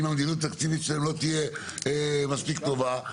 אם המדיניות תקציב אצלנו לא תהיה מספיק טובה.